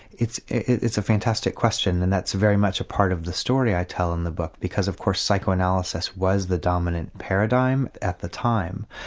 it's it's a fantastic question and that's very much a part of the story i tell in the book because of course psychoanalysis was the dominant paradigm at the time.